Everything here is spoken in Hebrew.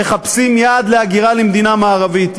ומחפשים יעד להגירה למדינה מערבית,